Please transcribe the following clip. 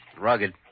Rugged